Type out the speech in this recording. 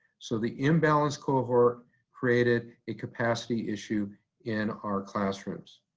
so the imbalanced cohort created a capacity issue in our classrooms.